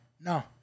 no